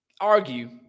argue